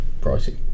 pricey